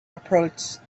approached